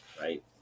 right